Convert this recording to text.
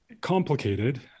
complicated